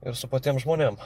ir su patiem žmonėm